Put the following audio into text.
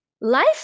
life